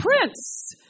Prince